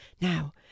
Now